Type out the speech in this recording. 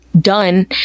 done